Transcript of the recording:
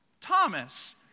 Thomas